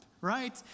right